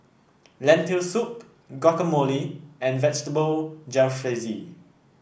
Lentil Soup Guacamole and Vegetable Jalfrezi